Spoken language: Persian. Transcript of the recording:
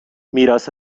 میراث